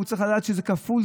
הוא צריך לדעת שזה כפול,